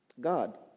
God